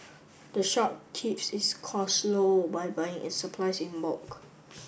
the shop keeps its costs low by buying its supplies in bulk